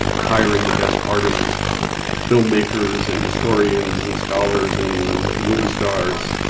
hiring the best artists filmmakers and historians and scholars and movie stars.